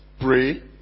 pray